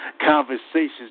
conversations